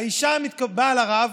האישה באה לרב,